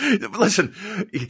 Listen